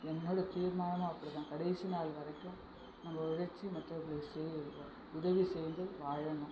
என்னோடய தீர்மானமும் அப்படிதான் கடைசி நாள் வரைக்கும் நான் உழைச்சு மற்றவங்களுக்கு செய்யணும் உதவி செய்து வாழணும்